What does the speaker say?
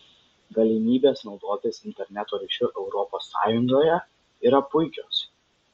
galimybės naudotis interneto ryšiu europos sąjungoje yra puikios